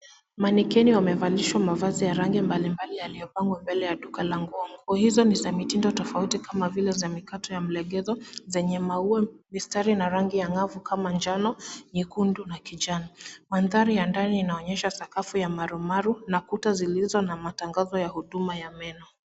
Manequinn wamevalishwa mavazi ya rangi mbalimbali yaliyopangwa mbele ya duka la nguo. Nguo hizo ni za mitindo tofauti kama vile za mikato ya milegezo zenye maua, mistari na rangi angavu kama njano, nyekundu na kijani. Mandhari ya ndani inaonyesha sakafu ya marumaru na kuta zilizo na matangazo ya huduma za meno.